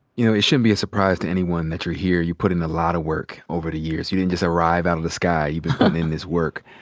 you know, it shouldn't be a surprise to anyone that you're here. you put in a lot of work over the years. you didn't just arrive out of the sky. you've been puttin' in this work.